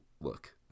look